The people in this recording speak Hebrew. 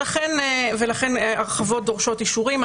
ולכן הרחבות דורשות אישורים.